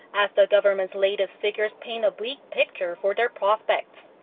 as the government's latest figures paint a bleak picture for their prospects.